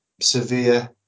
severe